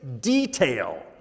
detail